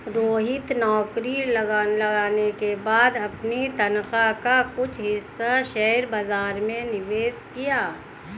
रोहित नौकरी लगने के बाद अपनी तनख्वाह का कुछ हिस्सा शेयर बाजार में निवेश किया